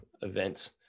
events